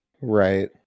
Right